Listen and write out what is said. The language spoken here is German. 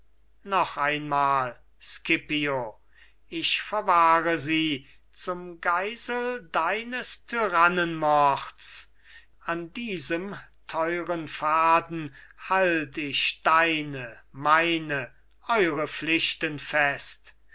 noch einmal scipio ich verwahre sie zum geisel deines tyrannenmords an diesem teuren faden halt ich deine meine eure pflichten fest